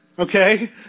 Okay